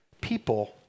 people